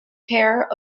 care